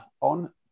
on